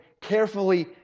carefully